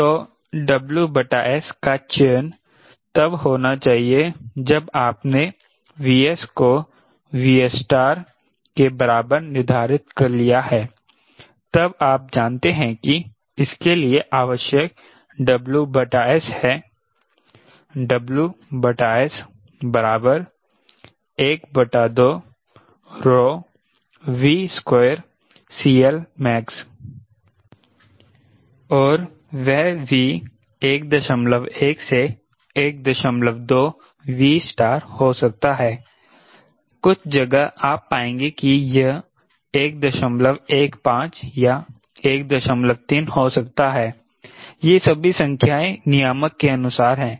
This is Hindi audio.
तो WS का चयन तब होना चाहिए जब आपने Vs को Vs के बराबर निर्धारित कर लिया है तब आप जानते हैं कि इसके लिए आवश्यक WS है WS 12V2CLmax और वह V 11 से 12 V हो सकता है कुछ जगह आप पाएंगे कि यह 115 या 13 हो सकता है यह सभी संख्याएं नियामक के अनुसार हैं